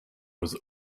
was